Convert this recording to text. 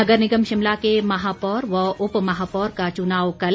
नगर निगम शिमला के महापौर व उप महापौर का चुनाव कल